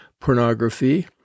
pornography